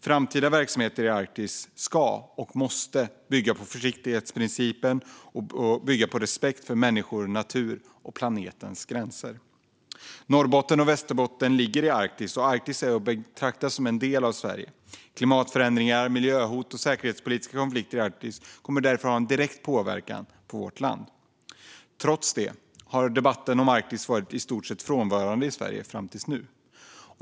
Framtida verksamhet i Arktis ska och måste bygga på försiktighetsprincipen och på respekt för människor, natur och planetens gränser. Norrbotten och Västerbotten ligger i Arktis, och Arktis är att betrakta som en del av Sverige. Klimatförändringar, miljöhot och säkerhetspolitiska konflikter i Arktis kommer därför att ha en direkt påverkan på vårt land. Trots det har debatten om Arktis varit i stort sett frånvarande i Sverige fram till nu.